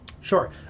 Sure